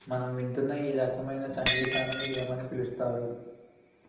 మనం వింటున్న ఈ రకమైన సంగీతాన్ని ఏమని పిలుస్తారు